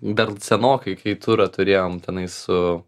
dar senokai kai turą turėjom tenai su